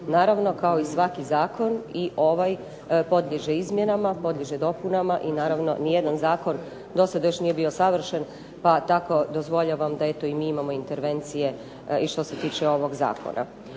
Naravno kao i svaki zakon i ovaj podliježe izmjenama, podliježe dopunama i naravno nijedan zakon do sada još nije bio savršen, pa tako dozvoljavam da i mi imamo intervencije što se tiče ovog zakona.